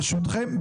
ברשותכם..